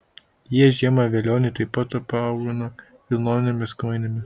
jie žiemą velionį taip pat apauna vilnonėmis kojinėmis